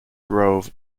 grove